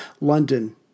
London